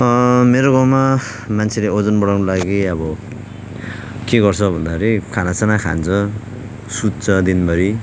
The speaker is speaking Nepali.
मेरो गाउँमा मान्छेले ओजन बढाउनको लागि अब के गर्छ भन्दाखेरि खानासाना खान्छ सुत्छ दिनभरि